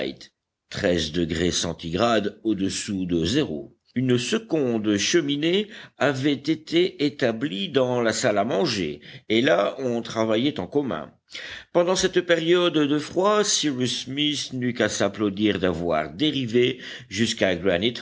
tomba à huit degrés fahrenheit une seconde cheminée avait été établie dans la salle à manger et là on travaillait en commun pendant cette période de froid cyrus smith n'eut qu'à s'applaudir d'avoir dérivé jusqu'à